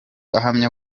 ahamya